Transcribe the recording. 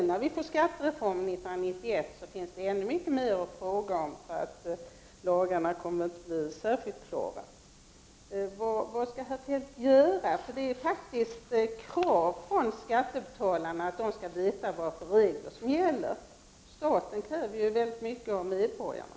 När vi får skattereformen, 1991, kommer det att finnas ännu mycket mer att fråga om — lagarna kommer inte att bli särskilt klara. Vad skall herr Feldt göra? Det är faktiskt ett krav från skattebetalarna att de skall veta vilka regler som gäller. Staten kräver ju mycket av medborgarna.